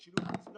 על שילוב מוצלח.